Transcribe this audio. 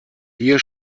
hier